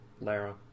Lara